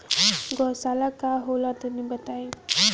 गौवशाला का होला तनी बताई?